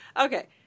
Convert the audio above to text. Okay